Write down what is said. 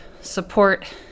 support